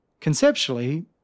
Conceptually